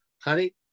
honey